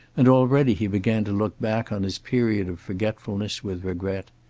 and already he began to look back on his period of forgetfulness with regret.